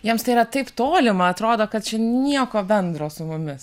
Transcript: jiems tai yra taip toli man atrodo kad čia nieko bendro su mumis